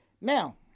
Now